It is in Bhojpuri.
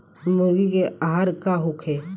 मुर्गी के आहार का होखे?